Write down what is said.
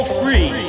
free